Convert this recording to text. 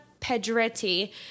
Pedretti